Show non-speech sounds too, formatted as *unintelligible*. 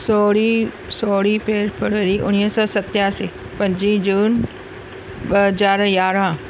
सोरहीं सोरहीं *unintelligible* उणिवीह सौ सतासी पंजी जून ॿ हज़ार यारहं